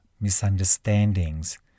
misunderstandings